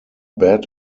bed